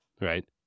right